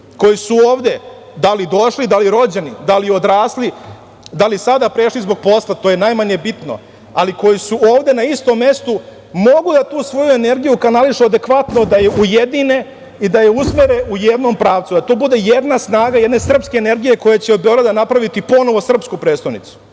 koji su ovde da li došli, da li rođeni, da li odrasli, da li sada prešli zbog posla, to je najmanje bitno, ali koji su ovde na istom mestu, mogu da tu svoju energiju kanališu adekvatno, da je ujedine i da je usmere u jednom pravcu, da to bude jedna snaga, jedna srpska energija koja će od Beograda napraviti ponovo srpsku prestonicu.